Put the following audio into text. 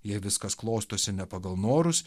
jei viskas klostosi ne pagal norus